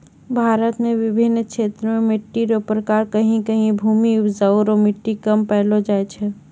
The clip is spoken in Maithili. भारत मे बिभिन्न क्षेत्र मे मट्टी रो प्रकार कहीं कहीं भूमि उपजाउ रो मट्टी कम पैलो जाय छै